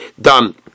done